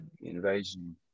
Invasion